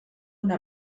una